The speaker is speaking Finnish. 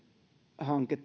hanke